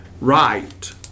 right